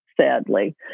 sadly